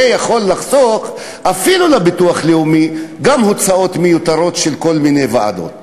זה יכול אפילו לחסוך לביטוח לאומי גם הוצאות מיותרות של כל מיני ועדות.